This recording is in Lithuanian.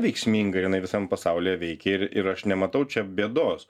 veiksminga jinai visam pasaulyje veikia ir ir aš nematau čia bėdos